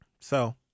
So-